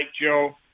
Joe